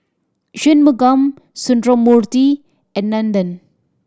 Shunmugam Sundramoorthy and Nandan